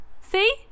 see